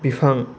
बिफां